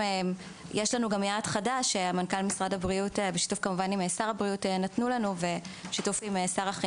ויש לנו גם יעד חדש שמנכ"ל משרד הבריאות בשיתוף עם שר הבריאות נתנו